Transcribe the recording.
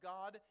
God